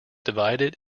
divided